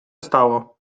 stało